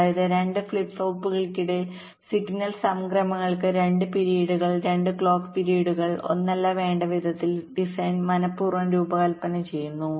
അതായത് 2 ഫ്ലിപ്പ് ഫ്ലോപ്പുകൾക്കിടയിൽ സിഗ്നൽ സംക്രമണങ്ങൾക്ക് 2 പിരീഡുകൾ 2 ക്ലോക്ക് പിരീഡുകൾ ഒന്നല്ല വേണ്ട വിധത്തിൽ ഡിസൈനർ മനപൂർവ്വം രൂപകൽപ്പന ചെയ്യുന്നു